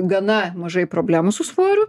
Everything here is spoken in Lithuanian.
gana mažai problemų su svoriu